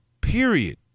Period